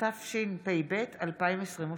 התשפ"ב 2022,